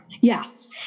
Yes